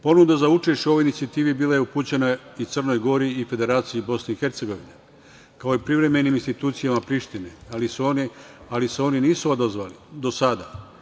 Ponuda za učešće u ovoj inicijativi bila je upućena i Crnoj Gori i Federaciji BiH, kao i privremenim institucijama Prištine, ali se oni nisu odazvali do sada.